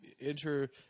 enter